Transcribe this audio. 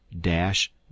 dash